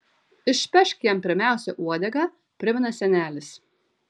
išpešk jam pirmiausia uodegą primena senelis